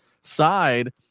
side